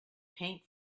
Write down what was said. paint